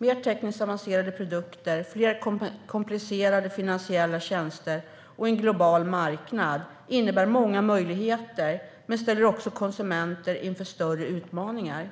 Mer tekniskt avancerade produkter, fler komplicerade finansiella tjänster och en global marknad innebär många möjligheter men ställer också konsumenten inför större utmaningar.